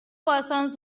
persons